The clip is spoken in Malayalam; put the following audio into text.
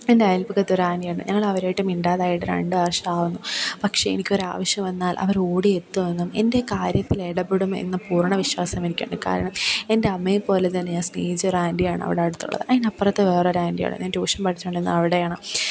എൻ്റെ അയൽപക്കത്തൊരു ആൻറ്റി ഉണ്ട് ഞങ്ങളവരുവായിട്ട് മിണ്ടാതായിട്ട് രണ്ട് വർഷം ആകുന്നു പക്ഷെ എനിക്കൊരാവശ്യം വന്നാൽ അവരോടി എത്തുഎന്നും എൻ്റെ കാര്യത്തിൽ ഇടപെടുമെന്നും പൂർണവിശ്വാസം എനിക്കുണ്ട് കാരണം എൻ്റെ അമ്മയെ പോലെ തന്നെ ഞാൻ സ്നേഹിച്ചൊരാൻറ്റിയാണ് അവിടെ അടുത്തുള്ളത് അതിന് അപ്പുറത്ത് വേറൊരു ആൻറ്റി ഉണ്ട് ഞാൻ ട്യൂഷൻ പഠിച്ചുകൊണ്ടിരുന്നത് അവിടെയാണ്